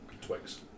Twix